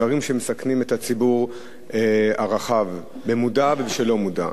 דברים שמסכנים את הציבור הרחב במודע ושלא במודע.